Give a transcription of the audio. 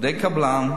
עובדי קבלן,